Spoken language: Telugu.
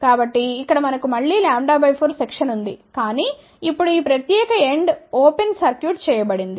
కాబట్టి ఇక్కడ మనకు మళ్ళీ λ 4 సెక్షన్ ఉంది కానీ ఇప్పుడు ఈ ప్రత్యేక ఎండ్ ఓపెన్ సర్క్యూట్ చేయబడింది